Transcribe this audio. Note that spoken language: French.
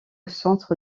centre